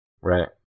Right